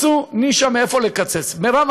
מירב,